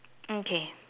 okay